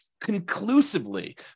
conclusively